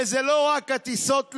וזה לא רק הטיסות לחו"ל,